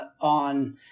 on